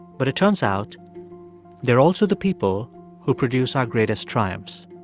but it turns out they're also the people who produce our greatest triumphs